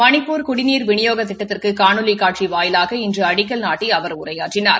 மணிப்பூர் குடிநீர் விநியோக திட்டத்திற்கு காணொலி காட்சி வாயிலாக இன்று அடிக்கல் நாட்டி அவர் உரையாற்றினார்